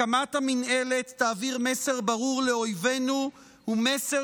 הקמת המינהלת תעביר מסר ברור לאויבינו ומסר